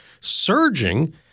surging